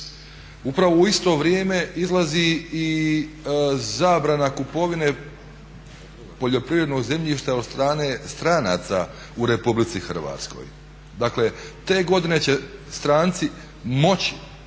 Upravo u isto vrijem izlazi i zabrana kupovine poljoprivrednog zemljišta od strane stranaca u Republici Hrvatskoj. Dakle te godine će stranci moći